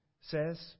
says